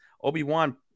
Obi-Wan